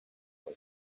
boy